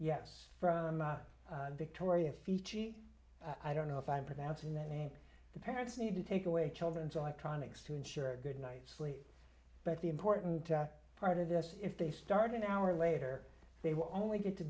yes from victoria ficci i don't know if i'm pronouncing that name the parents need to take away children so i try to ensure a good night's sleep but the important part of this if they start an hour later they will only get to